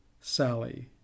sally